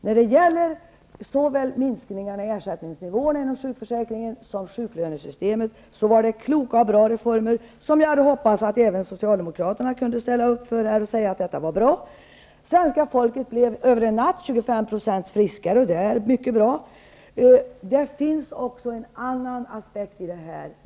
När det gäller såväl minskningarna i ersättningsnivån inom sjukförsäkringen som sjuklönesystemet var det kloka och bra reformer som vi hade hoppats att även Socialdemokraterna hade kunnat ställa upp för och säga att detta var bra. Svenska folket blev över en natt 25 % friskare, och det är mycket bra. Det finns också en annan aspekt i detta.